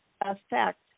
affect